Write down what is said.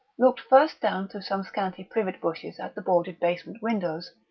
looked first down through some scanty privet-bushes at the boarded basement windows,